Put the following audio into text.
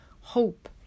hope